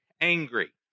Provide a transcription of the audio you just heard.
angry